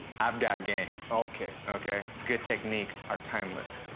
i've got game. okay. okay? good techniques are timeless.